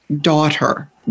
daughter